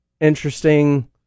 interesting